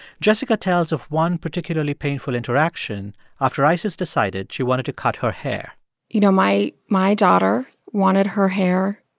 jessica tells of one particularly painful interaction after isis decided she wanted to cut her hair you know, my my daughter wanted her hair